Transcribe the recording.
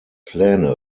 pläne